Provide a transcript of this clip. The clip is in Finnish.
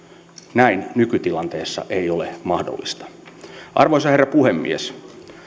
näin ei nykytilanteessa ole mahdollista arvoisa herra puhemies